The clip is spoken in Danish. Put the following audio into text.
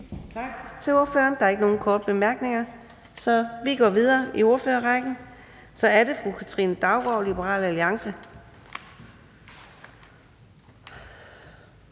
Tak til ordføreren. Der er ikke flere korte bemærkninger, så vi går videre i ordførerrækken til fru Linea Søgaard-Lidell fra